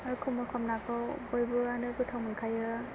आरो खमलखात नाखौ बयबोआनो गोथाव मोनखायो